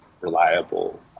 reliable